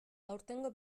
aurtengo